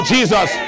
Jesus